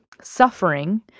suffering